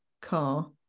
car